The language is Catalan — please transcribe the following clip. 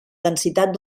densitat